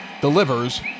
delivers